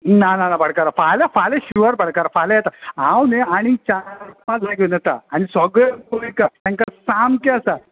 ना ना ना भाटकारा फाल्यां फाल्यां शुअर भाटकारा फाल्यां येता हांव न्हय आनी चार पांच